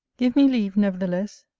give me leave, nevertheless,